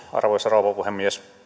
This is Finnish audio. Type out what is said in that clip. arvoisa rouva puhemies